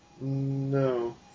No